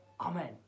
amen